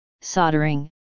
soldering